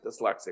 dyslexic